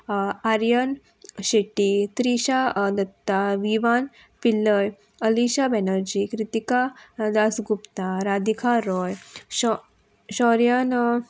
Aryan Shetty Trisha Datta Vivaan Pillai Alisha Banerjee Kritika Dasgupta Radhika Roy Shauryan